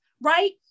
right